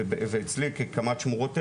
ואצלי כקמ"ט שמורות טבע,